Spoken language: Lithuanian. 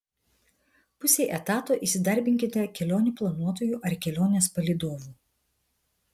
pusei etato įsidarbinkite kelionių planuotoju ar kelionės palydovu